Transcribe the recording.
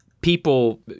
people